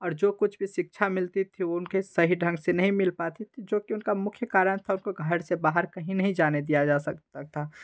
और जो कुछ भी शिक्षा मिलती थी उनके सही ढंग से नहीं मिल पाती जो की उनका मुख्य कारण था उनको घर से बाहर कहीं नही जाने दिया जा सकता था